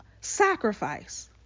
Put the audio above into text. sacrifice